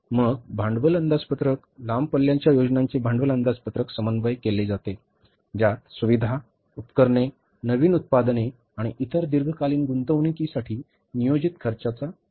मग भांडवल अंदाजपत्रकः लांब पल्ल्याच्या योजनांचे भांडवल अंदाजपत्रकासह समन्वय केले जाते ज्यात सुविधा उपकरणे नवीन उत्पादने आणि इतर दीर्घकालीन गुंतवणूकीसाठी नियोजित खर्चाचा तपशील असतो